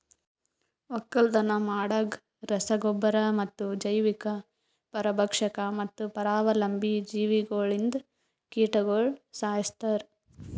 ಒಕ್ಕಲತನ ಮಾಡಾಗ್ ರಸ ಗೊಬ್ಬರ ಮತ್ತ ಜೈವಿಕ, ಪರಭಕ್ಷಕ ಮತ್ತ ಪರಾವಲಂಬಿ ಜೀವಿಗೊಳ್ಲಿಂದ್ ಕೀಟಗೊಳ್ ಸೈಸ್ತಾರ್